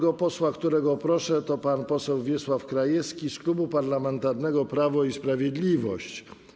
Pierwszy poseł, którego proszę, to pan poseł Wiesław Krajewski z Klubu Parlamentarnego Prawo i Sprawiedliwość.